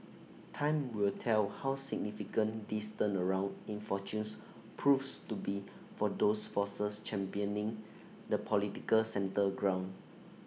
time will tell how significant this turnaround in fortunes proves to be for those forces championing the political centre ground